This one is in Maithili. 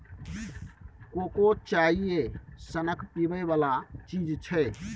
कोको चाइए सनक पीबै बला चीज छै